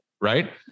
Right